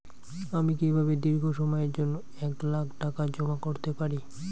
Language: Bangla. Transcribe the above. আমি কিভাবে দীর্ঘ সময়ের জন্য এক লাখ টাকা জমা করতে পারি?